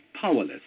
powerless